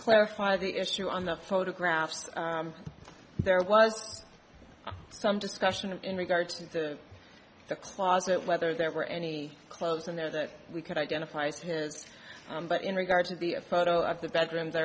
clarify the issue on the photographs there was some discussion in regards to the closet whether there were any clothes in there that we could identify as his but in regard to the a photo of the bedroom